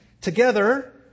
Together